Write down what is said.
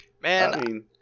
Man